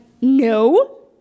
no